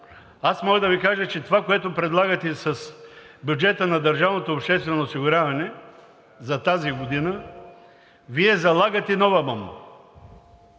Аз мога да Ви кажа, че с това, което предлагате с бюджета на държавното обществено осигуряване за тази година, Вие залагате нова бомба.